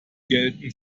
gelten